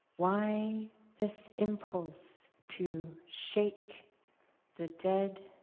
why this impulse to shake the dead